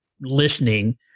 listening